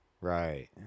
Right